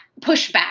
Pushback